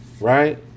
right